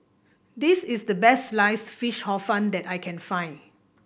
this is the best Sliced Fish Hor Fun that I can find